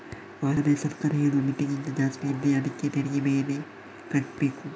ವಾರ್ಷಿಕ ಆದಾಯ ಸರ್ಕಾರ ಹೇಳುವ ಮಿತಿಗಿಂತ ಜಾಸ್ತಿ ಇದ್ರೆ ಅದ್ಕೆ ತೆರಿಗೆ ಬೇರೆ ಕಟ್ಬೇಕು